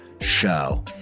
show